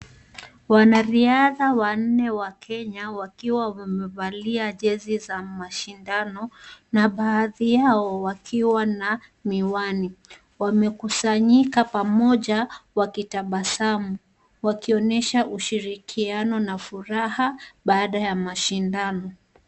Wanariadha wanne wa Kenya wakiwa wamevalia jezi za mashindano na baadhi yao wakiwa na miwani. Wamekusanyika pamoja wakitabasamu, wakionyesha ushirikiano na furaha baada ya mashindano.